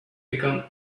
become